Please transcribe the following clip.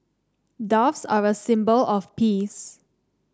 doves are a symbol of peace